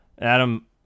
Adam